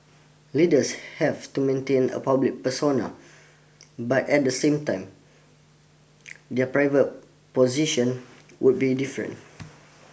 leaders have to maintain a public persona but at the same time their private position would be different